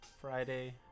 Friday